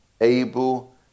able